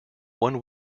one